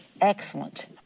excellent